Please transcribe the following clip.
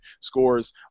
scores